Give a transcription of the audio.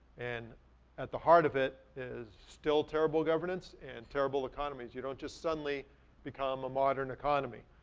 and at the heart of it is still terrible governance and terrible economies. you don't just suddenly become a modern economy.